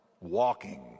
walking